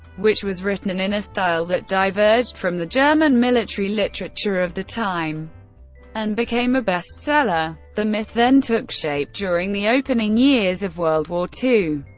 which was written in a style that diverged from the german military literature of the time and became a bestseller. the myth then took shape during the opening years of world war ii,